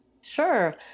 Sure